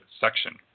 section